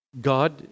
God